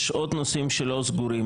יש עוד נושאים לא סגורים.